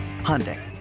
Hyundai